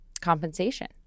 compensation